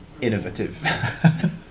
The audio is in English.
innovative